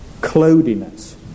cloudiness